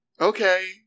Okay